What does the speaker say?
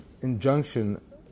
injunction